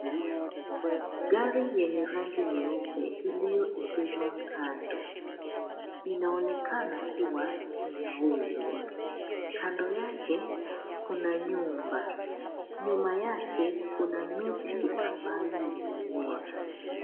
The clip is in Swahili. Gari yenye rangi nyeupe iliyo egezwa kando inaonekana kua inauzwa kando yake kuna nyumba nyuma yake kuna miti ambayo imemea.